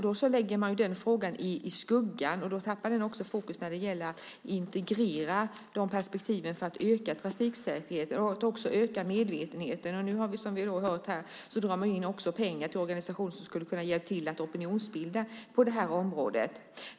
Då lägger man den frågan i skuggan, och då tappar den fokus när det gäller att integrera perspektiven för att öka trafiksäkerheten och medvetenheten. Nu drar man också in pengar från en organisation som skulle kunna hjälpa till att opinionsbilda på det här området.